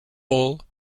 all